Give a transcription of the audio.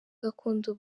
gakondo